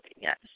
yes